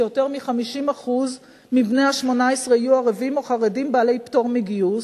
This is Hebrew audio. כשיותר מ-50% מבני ה-18 יהיו ערבים או חרדים בעלי פטור מגיוס.